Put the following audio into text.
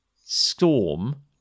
Storm